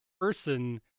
person